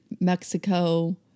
Mexico